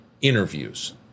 interviews